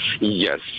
Yes